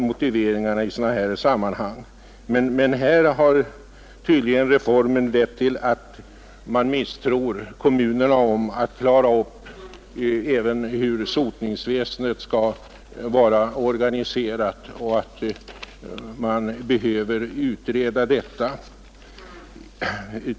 Men här har tydligen reformen lett till att man misstror kommunerna när det gäller att klara upp en så enkel sak som hur sotningsväsendet skall vara organiserat så att man anser att Kungl. Maj:t behöver utreda denna fråga.